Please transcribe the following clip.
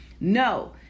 No